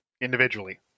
individually